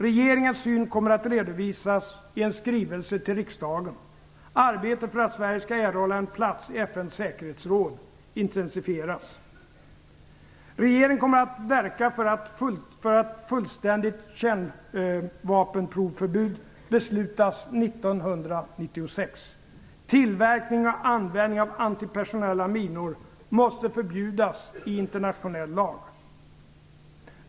Regeringens syn kommer att redovisas i en skrivelse till riksdagen. Arbetet för att Sverige skall erhålla en plats i FN:s säkerhetsråd intensifieras. Regeringen kommer att verka för att ett fullständigt kärnvapenprovförbud beslutas 1996. Tillverkning och användning av antipersonella minor måste förbjudas i internationell lag.